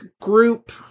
group